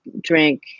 drink